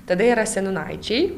tada yra senūnaičiai